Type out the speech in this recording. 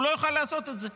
הוא לא יוכל לעשות את זה,